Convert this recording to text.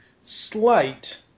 slight